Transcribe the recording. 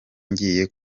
ngiye